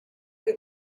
que